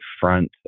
front